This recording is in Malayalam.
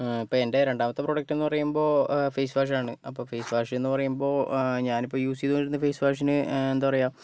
ഇപ്പോൾ എൻ്റെ രണ്ടാമത്തെ പ്രോഡക്റ്റ് എന്ന് പറയുമ്പോൾ ഫെയ്സ് വാഷാണ് അപ്പോൾ ഫെയ്സ് വാഷ് എന്ന് പറയുമ്പോൾ ഞാൻ ഇപ്പോൾ യൂസ് ചെയ്തുകൊണ്ടിരിക്കുന്ന ഫെയ്സ് വാഷിന് എന്താണ് പറയുക